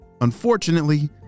Unfortunately